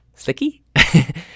Slicky